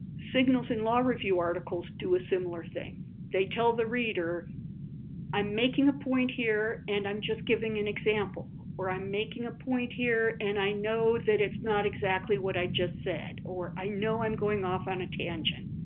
signals in law review articles do a similar thing they tell the reader i'm making a point here and i'm just giving an example or i'm making a point here and i know that it's not exactly what i just said or i know i'm going off on a tangent.